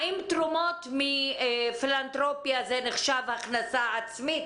האם תרומות מפילנתרופיה נחשב הכנסה עצמית?